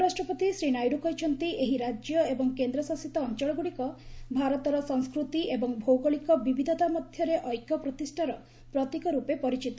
ଉପରାଷ୍ଟ୍ରପତି ଶ୍ରୀ ନାଇଡୁ କହିଛନ୍ତି ଏହି ରାଜ୍ୟ ଏବଂ କେନ୍ଦ୍ରଶାସିତ ଅଞ୍ଚଳଗୁଡ଼ିକ ଭାରତର ସଂସ୍କୃତି ଏବଂ ଭୌଗୋଳିକ ବିବିଧତା ମଧ୍ୟରେ ଐକ୍ୟ ପ୍ରତିଷ୍ଠାର ପ୍ରତୀକ ରୂପେ ପରିଚିତ